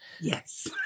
Yes